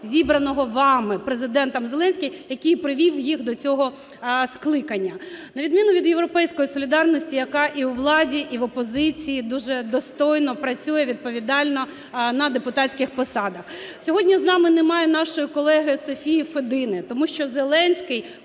зібраного вами, Президентом Зеленським, який привів їх до цього скликання. На відміну від "Європейської солідарності", яка і у владі і в опозиції дуже достойно працює і відповідально на депутатських посадах. Сьогодні з нами немає нашої колеги Софії Федини, тому що Зеленський